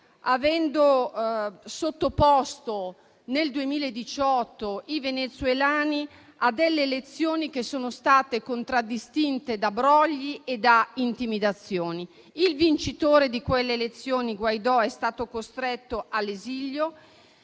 avendo sottoposto nel 2018 i venezuelani a delle elezioni che sono state contraddistinte da brogli e intimidazioni. Il vincitore di quelle elezioni, Guaidó, è stato costretto all'esilio.